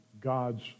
God's